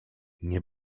nie